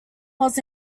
was